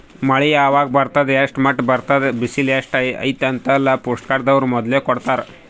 ಮಳಿ ಯಾವಾಗ್ ಬರ್ತದ್ ಎಷ್ಟ್ರ್ ಮಟ್ಟ್ ಬರ್ತದ್ ಬಿಸಿಲ್ ಎಸ್ಟ್ ಅದಾ ಅಂತೆಲ್ಲಾ ಫೋರ್ಕಾಸ್ಟ್ ದವ್ರು ಮೊದ್ಲೇ ಕೊಡ್ತಾರ್